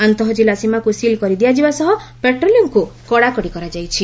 ଆନ୍ତଃଜିଲ୍ଲା ସୀମାକୁ ସିଲ୍ କରିଦିଆଯିବା ସହ ପାଟ୍ରୋଲିଂକୁ କଡ଼ାକଡ଼ି କରାଯାଇଛି